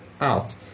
out